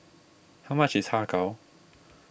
how much is Har Kow